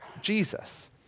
Jesus